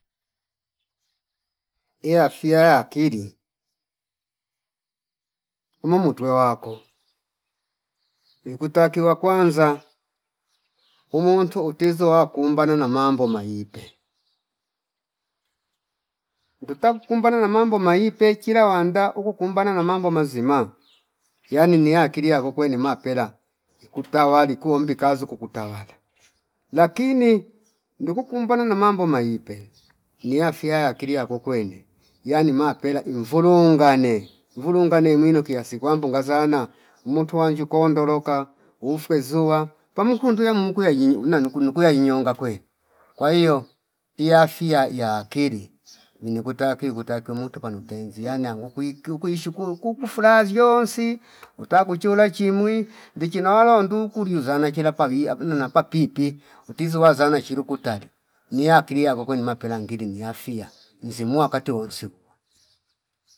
Iya fiya ya akili umumu tuwe wako ikutaikiwa kwanaa umuntu utizwa kumbano na mambo maipe nduta kukumbana na mambo maipe kila wanda uku kumbana na mambo mazima yani ni akili yaku kwene mapela ikutawali kuombi kazi kuku tawala lakini nduku kumbana na mambo maipe ni afya ya akili yako kwene yani mapela imvulu ngane mvulu ngane mwino kiasi kwamba ungaza umuntwanji kondoloka ufwe zuwa pamu kunduya mukwe ajini una nukunukuya inyonga kwene kwa hio iyafia ya akili vini kutaki kutakiwe mutu panu tenzi yanya nungwi kukwi kuishukuru kukufula ziyonsi utakuchula chimwi ndichi nawalo nduku liuzana chila pawi apo na papi pii utizi wazana chili kutali niya akili yakokwe ni mapela ngili ni afya nzimuwa wakati wonsi huwa